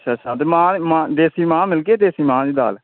अच्छा अच्छा ते मांह् मांह् देसी मांह् मिलगे देसी मांह् दी दाल